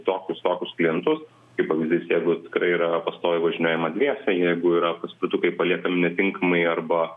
tokius tokius klientus kaip pavyzdys jeigu tikrai yra pastoviai važinėjama dviese jeigu yra paspirtukai paliekami netinkamai arba